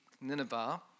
Nineveh